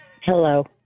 Hello